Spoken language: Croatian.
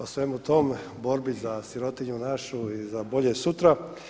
O svemu tom borbi za sirotinju našu i za bolje sutra.